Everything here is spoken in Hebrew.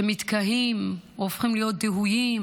שמתקהים או הופכים להיות דהויים,